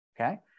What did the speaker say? okay